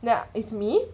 that is me